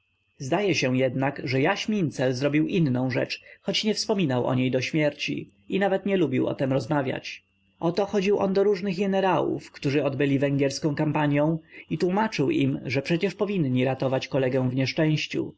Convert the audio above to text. zdaje się jednak że jaś mincel zrobił inną rzecz choć nie wspomniał o niej do śmierci i nawet nie lubił o tem rozmawiać oto chodził on do różnych jenerałów którzy odbyli węgierską kampanią i tłómaczył im że przecież powinni ratować kolegę w nieszczęściu